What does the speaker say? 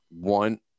one